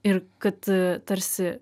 ir kad tarsi